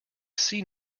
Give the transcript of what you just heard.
see